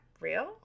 real